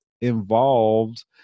involved